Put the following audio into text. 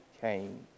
came